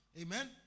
Amen